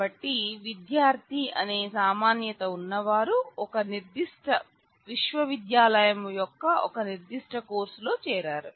కాబట్టి విద్యార్ధి అనే సామాన్యత ఉన్న వారు ఒక నిర్దిష్ట విశ్వవిద్యాలయం యొక్క ఒక నిర్దిష్ట కోర్సులో చేరారు